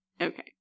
Okay